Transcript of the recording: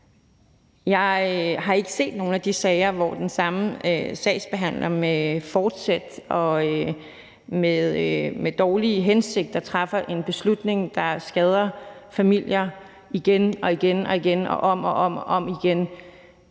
Jeg har ikke set nogen af de sager, hvor den samme sagsbehandler med forsæt og med dårlige hensigter træffer en beslutning, der skader familier igen og igen og om og om igen.